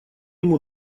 ему